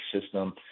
system